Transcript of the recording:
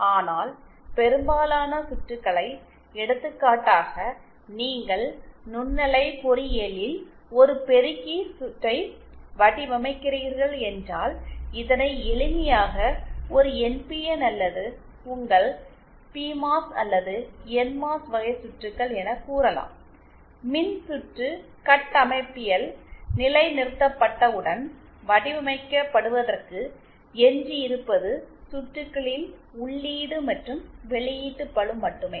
ஆனால் பெரும்பாலான சுற்றுகளை எடுத்துக்காட்டாக நீங்கள் நுண்ணலை பொறியியலில் ஒரு பெருக்கி சுற்றை வடிவமைக்கிறீர்கள் என்றால் இதனை எளிமையாக ஒரு என்பிஎன் அல்லது உங்கள் பிமொஸ் அல்லது என்மொஸ் வகை சுற்றுகள் என கூறலாம் மின்சுற்று கட்டமைப்பியல் நிலைநிறுத்தப்பட்டவுடன் வடிவமைக்கப்படுவதற்கு எஞ்சியிருப்பது சுற்றுகளில் உள்ளீடு மற்றும் வெளியீட்டு பளு மட்டுமே